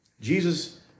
Jesus